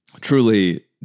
truly